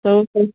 ସବୁ